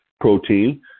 protein